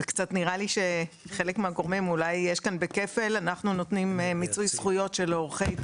נראה לי שאולי יש כאן איזה כפל בין חלק מהגורמים.